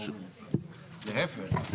להיפך.